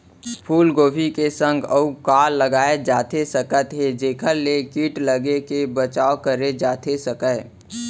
फूलगोभी के संग अऊ का लगाए जाथे सकत हे जेखर ले किट लगे ले बचाव करे जाथे सकय?